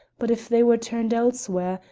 but if they were turned elsewhere,